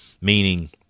meaning